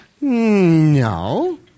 No